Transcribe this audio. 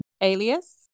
Alias